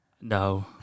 No